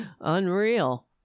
Unreal